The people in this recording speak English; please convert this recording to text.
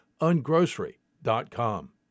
Ungrocery.com